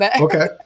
Okay